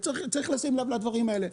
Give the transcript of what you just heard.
וצריך לשים לב לדברים האלה.